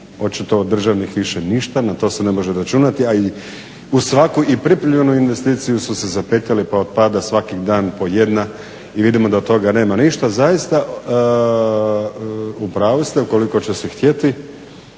očito od državnih više ništa na to se ne može računati. Ali u svaku i pripremljenu investiciju su se zapetljali pa otpada svaki dan po jedna i vidimo da od toga nema ništa. Zaista upravu ste ukoliko će se htjeti